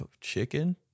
chicken